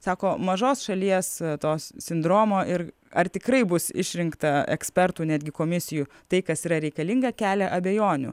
sako mažos šalies tos sindromo ir ar tikrai bus išrinkta ekspertų netgi komisijų tai kas yra reikalinga kelia abejonių